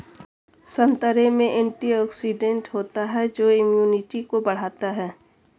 संतरे में एंटीऑक्सीडेंट होता है जो इम्यूनिटी को बढ़ाता है